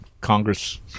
Congress